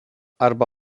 arba